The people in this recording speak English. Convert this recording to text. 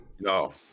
No